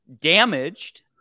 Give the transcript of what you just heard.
damaged